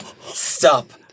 Stop